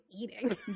eating